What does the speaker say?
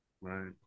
Right